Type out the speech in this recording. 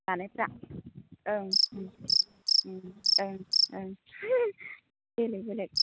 जानायफ्रा ओं उम उम ओं ओं बेलेग बेलेग